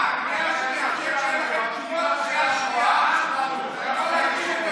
אה, כשאין לכם תשובות אז קריאה שנייה.